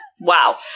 Wow